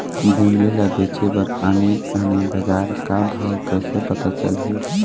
गोंदली ला बेचे बर आने आने बजार का भाव कइसे पता चलही?